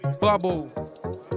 bubble